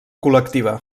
col·lectiva